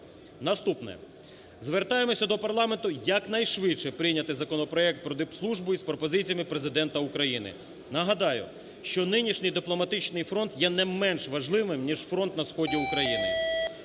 Наступне. Звертаємось до парламенту якнайшвидше прийняти законопроект про дипслужбу з пропозиціями президента України. Нагадаю, що нинішній дипломатичний фронт є не менш важливим ніж фронт на сході України.